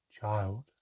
Child